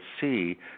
see